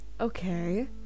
Okay